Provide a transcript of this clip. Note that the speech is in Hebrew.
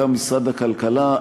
בעיקר משרד הכלכלה,